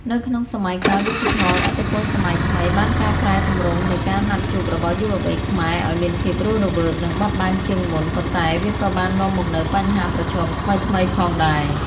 នៅក្នុងសម័យកាលឌីជីថល ឥទ្ធិពលសម័យថ្មីបានកែប្រែទម្រង់នៃការណាត់ជួបរបស់យុវវ័យខ្មែរឱ្យមានភាពរស់រវើក និងបត់បែនជាងមុន ប៉ុន្តែវាក៏បាននាំមកនូវបញ្ហាប្រឈមថ្មីៗផងដែរ។